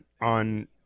on